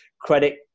credit